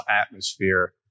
atmosphere